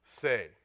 say